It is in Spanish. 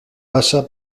pasa